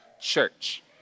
church